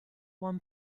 won